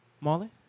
Molly